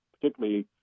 particularly